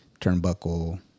turnbuckle